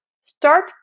start